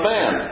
Man